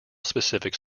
specific